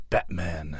Batman